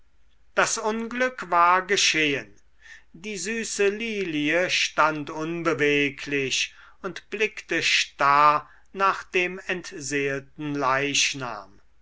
das unglück war geschehen die süße lilie stand unbeweglich und blickte starr nach dem entseelten leichnam